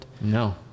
No